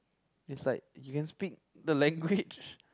is like you can speak the language